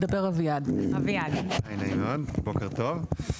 נעים מאוד, בוקר טוב.